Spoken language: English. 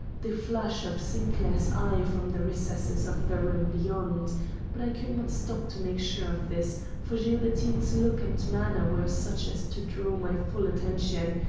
the flash of sinclair's eye from the recesses of the room beyond but i could not stop to make sure of this, for gilbertine's look and manner were such as to draw my full attention,